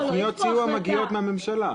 תוכניות סיוע מגיעות מהממשלה.